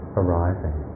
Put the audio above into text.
arising